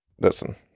listen